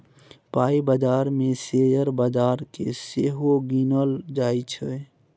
पाइ बजार मे शेयर बजार केँ सेहो गिनल जाइ छै